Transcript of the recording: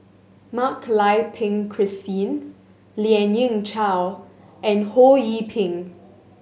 Mak Lai Peng Christine Lien Ying Chow and Ho Yee Ping